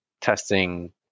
testing